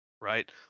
right